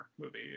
movie